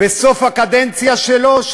ובסוף הקדנציה שלו,